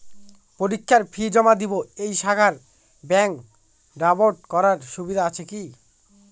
পরীক্ষার ফি জমা দিব এই শাখায় ব্যাংক ড্রাফট করার সুবিধা আছে কি?